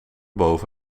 boven